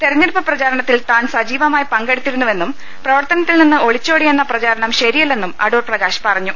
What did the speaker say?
തെരഞ്ഞെടുപ്പ് പ്രചാരണത്തിൽ താൻ സജീവമായി പങ്കെടുത്തി രുന്നുവെന്നും പ്രവർത്തനത്തിൽ നിന്ന് ഒളിച്ചോടിയെന്ന പ്രചാരണം ശരിയല്ലെന്നും അടൂർ പ്രകാശ് പറഞ്ഞു